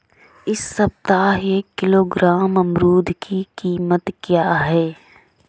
इस सप्ताह एक किलोग्राम अमरूद की कीमत क्या है?